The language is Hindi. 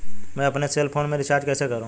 मैं अपने सेल फोन में रिचार्ज कैसे करूँ?